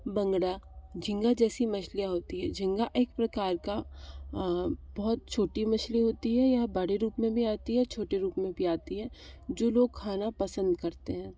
बंगड़ा झींगा जैसी मछलियाँ होती हैं झींगा एक प्रकार का बहुत छोटी मछली होती है यह बड़े रूप में भी आती है छोटे रूप में भी आती है जो लोग खाना पसंद करते हैं